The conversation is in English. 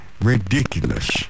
ridiculous